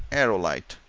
aerolite.